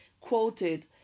quoted